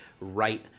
right